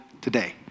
today